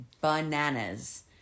bananas